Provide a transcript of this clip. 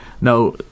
Now